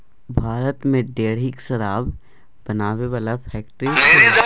भारत मे ढेरिक शराब बनाबै बला फैक्ट्री छै